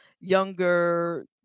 younger